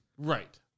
Right